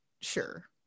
sure